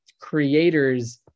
creators